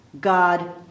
God